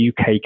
UK